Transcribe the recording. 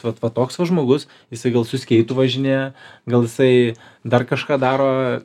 vat va toks va žmogus jisai gal su skeitu važinėja gal jisai dar kažką daro